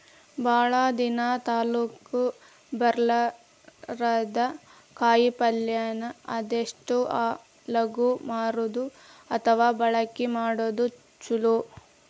ಭಾಳ ದಿನಾ ತಾಳಕಿ ಬರ್ಲಾರದ ಕಾಯಿಪಲ್ಲೆನ ಆದಷ್ಟ ಲಗು ಮಾರುದು ಅಥವಾ ಬಳಕಿ ಮಾಡುದು ಚುಲೊ